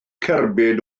cerbyd